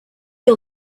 you